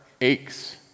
aches